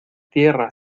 tierra